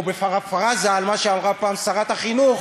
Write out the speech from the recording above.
או בפרפראזה על מה שאמרה פעם שרת החינוך: